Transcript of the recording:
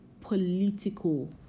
political